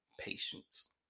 patience